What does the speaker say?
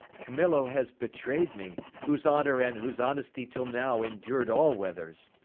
camillo has betray'd me whose honour and whose honesty, till now, endur'd all weathers.